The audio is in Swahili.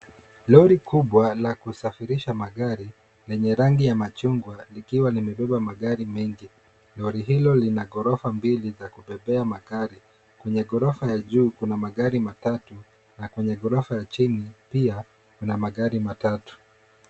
Lori kubwa la kusafirisha magari lenye rangi ya machungwa likiwa limebeba magari mengi. Lori hilo lina ghorofa mbili za kubebea magari. Kwenye ghorofa ya juu kuna magari matatu. Na kwenye ghorofa ya chini pia kuna magari.